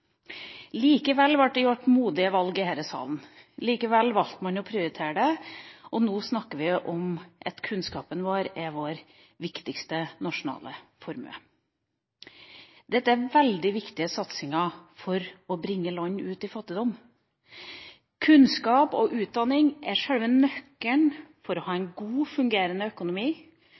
Likevel ble det gjort modige valg i denne salen. Likevel valgte man å prioritere kunnskap. Nå snakker vi om at kunnskapen vår er vår viktigste nasjonale formue. Dette er veldig viktige satsingsområder for å bringe land ut av fattigdom. Kunnskap og utdanning er sjølve nøkkelen til en god, fungerende økonomi,